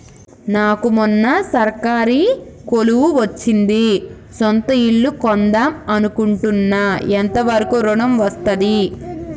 నాకు మొన్న సర్కారీ కొలువు వచ్చింది సొంత ఇల్లు కొన్దాం అనుకుంటున్నా ఎంత వరకు ఋణం వస్తది?